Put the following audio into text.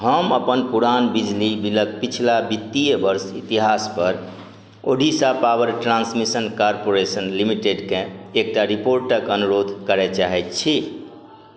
हम अपन पुरान बिजली बिलक पिछला बित्तीय वर्ष इतिहास पर ओडिशा पावर ट्रांसमिशन कारपोरेशन लिमिटेडकेँ एकटा रिपोर्टक अनुरोध करय चाहैत छी